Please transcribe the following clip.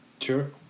sure